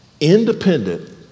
independent